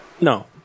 No